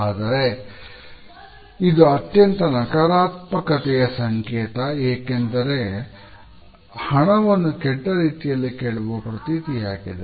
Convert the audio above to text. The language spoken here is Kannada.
ಆದರೆ ಇದು ಅತ್ಯಂತ ನಕಾರಾತ್ಮಕತೆಯ ಸಂಕೇತ ಯಾಕೆಂದರೆ ಹಣವನ್ನು ಕೆಟ್ಟ ರೀತಿಯಲ್ಲಿ ಕೇಳುವ ಪ್ರತೀತಿಯಾಗಿದೆ